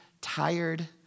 tired